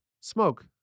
smoke